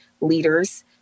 leaders